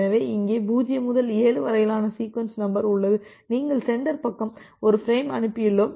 எனவே இங்கே 0 முதல் 7 வரையிலான சீக்வென்ஸ் நம்பர் உள்ளதுநீங்கள் சென்டர் பக்கம் ஒரு ஃபிரேம் அனுப்பியுள்ளோம்